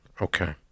Okay